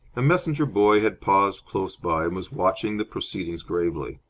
a messenger-boy had paused close by and was watching the proceedings gravely.